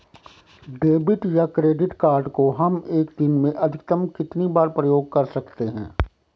Debit या credit card को हम एक दिन में अधिकतम कितनी बार प्रयोग कर सकते हैं?